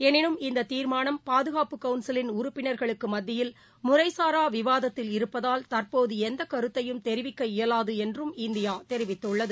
எனினும் இந்ததீர்மானம் பாதுகாப்பு கவுன்சிலின் உறுப்பினர்களுக்குமத்தியில் முறைசாராவிவாதத்தில் இருப்பதால் தற்போதுஎந்தகருத்தையும் தெரிவிக்க இயலாதுஎன்று இந்தியாதெரிவித்துள்ளது